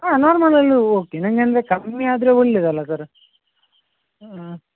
ಹಾಂ ನಾರ್ಮಲಲ್ಲು ಓಕೆ ನಂಗಂದರೆ ಕಮ್ಮಿ ಆದರೆ ಒಳ್ಳೆದಲ್ಲ ಸರ್ ಹಾಂ